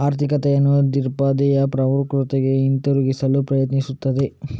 ಆರ್ಥಿಕತೆಯನ್ನು ದೀರ್ಘಾವಧಿಯ ಪ್ರವೃತ್ತಿಗೆ ಹಿಂತಿರುಗಿಸಲು ಪ್ರಯತ್ನಿಸುತ್ತದೆ